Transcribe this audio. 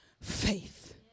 faith